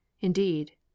Indeed